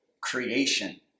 creation